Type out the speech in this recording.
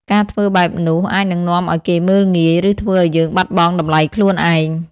ការធ្វើបែបនោះអាចនឹងនាំឲ្យគេមើលងាយ ឬធ្វើឲ្យយើងបាត់បង់តម្លៃខ្លួនឯង។